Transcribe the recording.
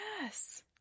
Yes